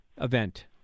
event